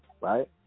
right